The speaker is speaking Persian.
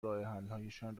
راهحلهایشان